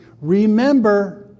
remember